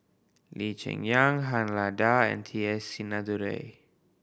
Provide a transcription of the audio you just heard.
Lee Cheng Yan Han Lao Da and T S Sinnathuray